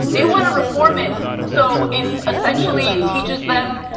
they want to reform it so it essentially teaches them,